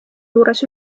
juures